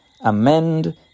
amend